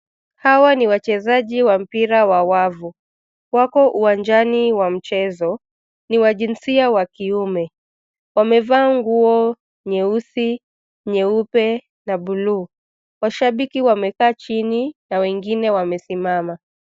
Hawa ni wachezaji wa mpira wa wavu. Wako uwanjani wa mchezo, ni wa jinsia wa kiume. Wamevaa nguo nyeusi, nyeupe na buluu. Washabiki wamekaa chini na wengine wamesimama.